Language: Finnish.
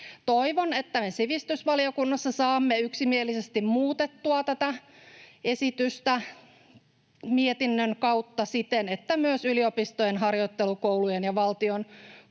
Toivon, että me sivistysvaliokunnassa saamme yksimielisesti muutettua tätä esitystä mietinnön kautta siten, että myös yliopistojen harjoittelukoulujen ja valtion koulujen